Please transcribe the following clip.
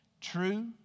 True